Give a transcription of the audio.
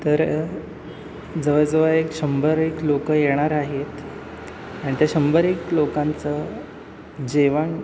तर जवळ जवळ एक शंभर एक लोक येणार आहेत आणि त्या शंभर एक लोकांचं जेवण